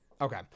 Okay